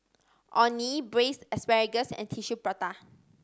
Orh Nee Braised Asparagus and Tissue Prata